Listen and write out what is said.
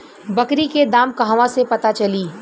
बकरी के दाम कहवा से पता चली?